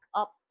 up